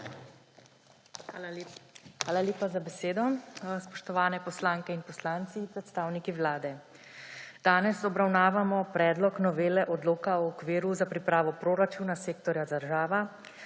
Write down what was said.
Hvala lepa za besedo. Spoštovani poslanke in poslanci in predstavniki Vlade! Danes obravnavamo predlog novele Odloka o okviru za pripravo proračuna sektorja država